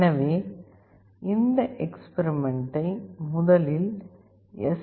எனவே இந்த எக்ஸ்பெரிமெண்ட்டை முதலில் எஸ்